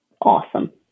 awesome